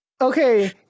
Okay